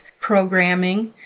programming